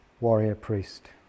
warrior-priest